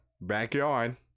backyard